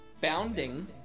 bounding